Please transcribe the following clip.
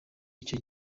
icyo